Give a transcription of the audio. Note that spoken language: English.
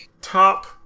top